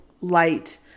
light